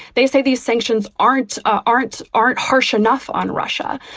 they say these sanctions aren't aren't aren't harsh enough on russia.